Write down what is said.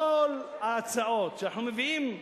כל ההצעות שאנחנו מביאים,